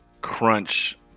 crunch